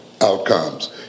outcomes